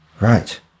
Right